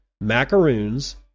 Macaroons